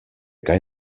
kaj